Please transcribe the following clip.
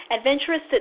Adventurous